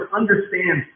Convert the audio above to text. understand